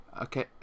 okay